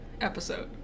episode